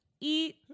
eat